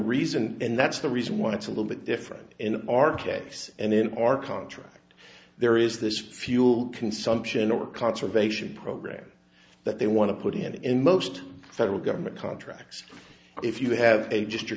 reason and that's the reason why it's a little bit different in our case and in our contract there is this fuel consumption or conservation program that they want to put in and in most federal government contracts if you have a just your